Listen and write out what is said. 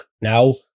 now